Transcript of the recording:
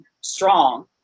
strong